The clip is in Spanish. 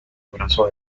brazo